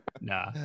Nah